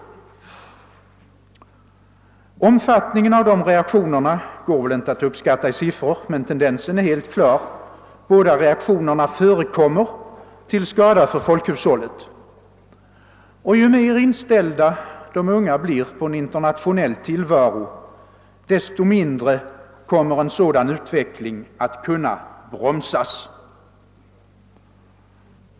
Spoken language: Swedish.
Omfattningen av de reaktionerna går inte att uppskatta i siffror, men tendensen är helt klar — båda reaktionerna förekommer, till skada för folkhushållet. Ju mer inställda vi blir på en internationell tillvaro desto mindre kommer en sådan utveckling att kunna bromsas.